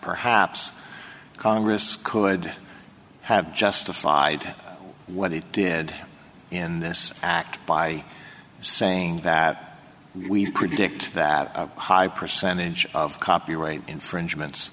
perhaps congress could have justified what it did in this act by saying that we predict that a high percentage of copyright infringements